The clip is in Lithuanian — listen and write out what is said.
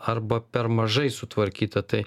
arba per mažai sutvarkyta tai